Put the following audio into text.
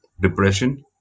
depression